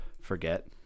forget